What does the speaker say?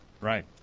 right